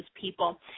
people